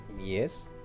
Yes